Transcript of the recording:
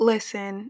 Listen